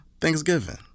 Thanksgiving